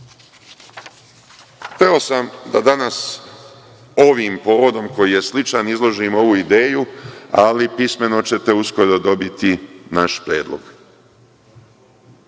sam da danas ovim povodom koji je sličan izložim ovu ideju, ali pismeno ćete uskoro dobiti naš predlog.